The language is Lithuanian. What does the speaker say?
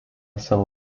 savo